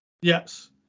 Yes